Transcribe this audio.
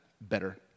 better